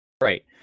Right